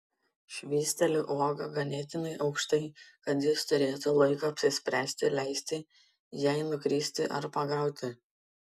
švysteliu uogą ganėtinai aukštai kad jis turėtų laiko apsispręsti leisti jai nukristi ar pagauti